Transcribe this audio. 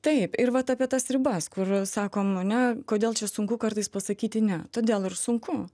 taip ir vat apie tas ribas kur sakom ane kodėl čia sunku kartais pasakyti ne todėl ir sunku